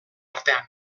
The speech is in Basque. artean